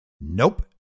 Nope